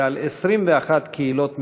ועל 21 קהילות משגשגות.